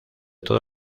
todo